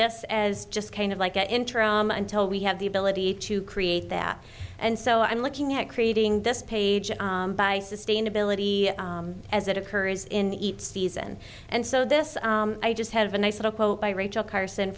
this as just kind of like an interim until we have the ability to create that and so i'm looking at creating this page by sustainability as it occurs in each season and so this i just have a nice little quote by rachel carson